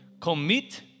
Commit